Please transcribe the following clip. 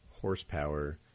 horsepower